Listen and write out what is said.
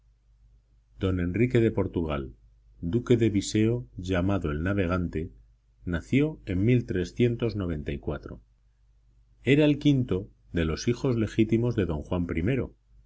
don enrique de portugal duque de viseo llamado el navegante nació en era el quinto de los hijos legítimos de don juan